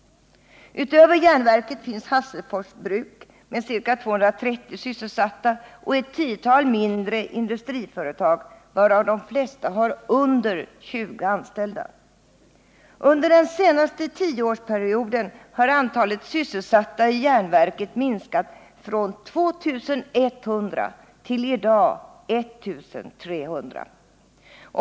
Utöver järnverket finns Hasselfors Bruks AB med ca 230 sysselsatta och ett tiotal mindre industriföretag, varav de flesta har under tjugo anställda. Under den senaste 1300.